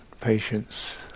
patience